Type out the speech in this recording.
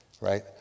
right